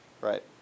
Right